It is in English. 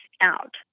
out